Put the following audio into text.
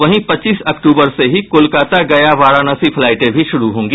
वहीं पच्चीस अक्टूबर से ही कोलकाता गया वाराणसी फ्लाईटें भी शुरू होंगी